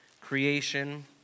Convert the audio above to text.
creation